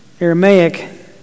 Aramaic